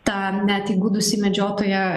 tą net įgudusį medžiotoją